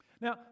Now